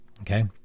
okay